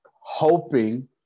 hoping